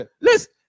listen